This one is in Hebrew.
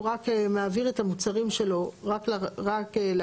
הוא מעביר את המוצרים שלו רק לאזור.